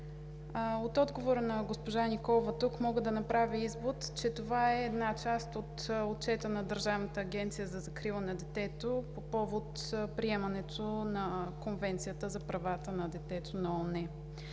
От отговора на госпожа Николова мога да направя извод, че това е една част от отчета на Държавната агенция за закрила на детето по повод приемането на Конвенцията на ООН за правата на детето.